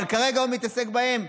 אבל כרגע הוא מתעסק בהם.